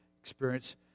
experience